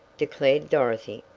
declared dorothy.